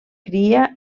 cria